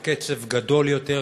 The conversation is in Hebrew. בקצב גדול יותר,